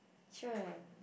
sure